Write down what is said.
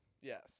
Yes